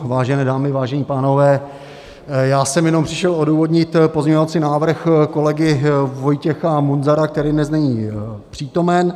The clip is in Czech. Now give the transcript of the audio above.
Vážené dámy, vážení pánové, já jsem jenom přišel odůvodnit pozměňovací návrh kolegy Vojtěcha Munzara, který dnes není přítomen.